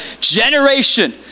generation